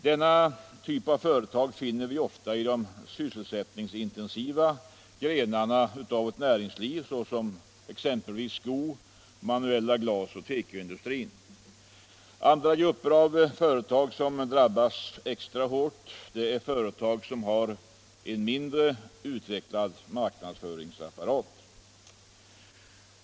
Den typen av företag finner vi ofta i de sysselsättningsintensiva grenarna av vårt näringsliv, exempelvis skoindustrin, den manuella glasindustrin samt tekoindustrin. Andra grupper och företag som drabbas extra hårt är sådana som har en mindre utvecklad marknadsföringsapparat.